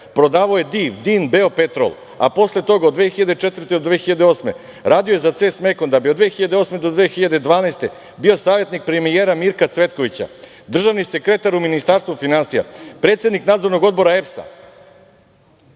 prodavao je DIV, DIN, „Beopetrol“, a posle toga od 2004. do 2008. godine radio je za CES Mekon da bi od 2008. do 2012. godine bio savetnik premijera Mirka Cvetkovića, državni sekretar u Ministarstvu finansija, predsednik Nadzornog odbora EPS.Jedno